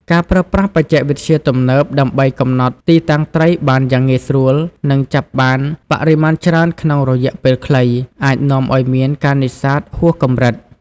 ការប្រើប្រាស់បច្ចេកវិទ្យាទំនើបដើម្បីកំណត់ទីតាំងត្រីបានយ៉ាងងាយស្រួល និងចាប់បានបរិមាណច្រើនក្នុងរយៈពេលខ្លី អាចនាំឲ្យមានការនេសាទហួសកម្រិត។